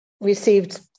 received